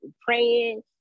praying